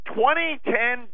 2010